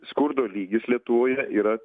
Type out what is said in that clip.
skurdo lygis lietuvoje yra